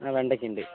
അ വെണ്ടയ്ക്ക ഉണ്ട്